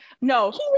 no